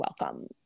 welcome